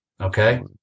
okay